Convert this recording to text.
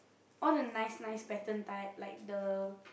all the nice nice pattern type like the